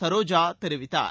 சரோஜா தெரிவித்தார்